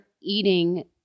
eating